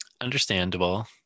understandable